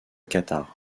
qatar